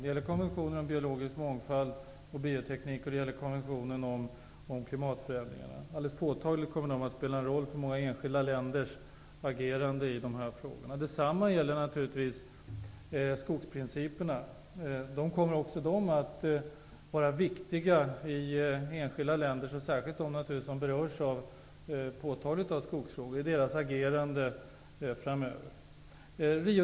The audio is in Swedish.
Det gäller konventionen om biologisk mångfald och bioteknik och konventionen om klimatförändringar. Alldeles påtagligt kommer de att spela en roll för många enskilda länders agerande i dessa frågor. Detsamma gäller naturligtvis skogsprinciperna. De kommer också att vara viktiga för enskilda länders agerande framöver, särskilt naturligtvis i de länder som berörs av skogsfrågor.